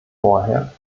vorher